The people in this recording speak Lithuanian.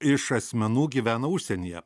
iš asmenų gyvena užsienyje